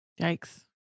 Yikes